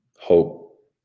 hope